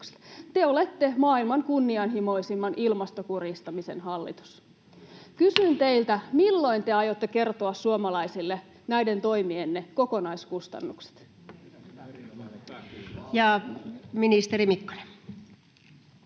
Te olette maailman kunnianhimoisimman ilmastokurjistamisen hallitus. Kysyn teiltä: milloin te aiotte kertoa suomalaisille näiden toimienne kokonaiskustannukset? [Petri Huru: